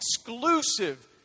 exclusive